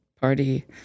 Party